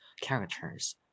characters